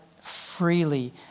freely